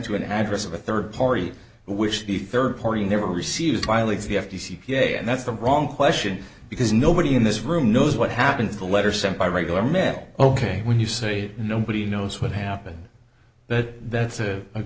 to an address of a third party which the third party never received violates the f t c v a and that's the wrong question because nobody in this room knows what happened to the letter sent by regular mail ok when you say nobody knows what happened but that's